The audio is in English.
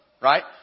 right